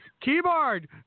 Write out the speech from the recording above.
keyboard